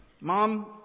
Mom